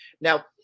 Now